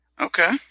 Okay